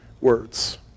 words